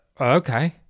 okay